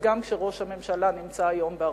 וגם כשראש הממשלה נמצא היום בארצות-הברית,